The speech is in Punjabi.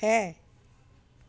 ਹੈ